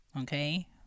okay